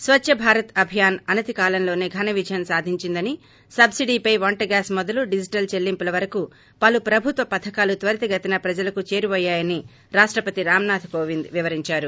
స్వచ్చభారత్ అభియాన్ అనతి కాలంలోసే ఘన విజయం సాధించిందని సబ్పిడీపై వంటగ్యాస్ మొదలు డిజిటల్ చెల్లింపుల వరకు పలు ప్రభుత్వ పథకాలు త్వరితగతిన ప్రజలకు చేరువయ్యాయని రాష్టపతి రామ్నాథ్ కోవింద్ వివరించారు